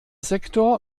sektor